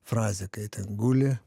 frazė kai ten guli